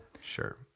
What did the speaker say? Sure